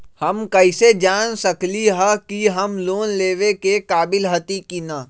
हम कईसे जान सकली ह कि हम लोन लेवे के काबिल हती कि न?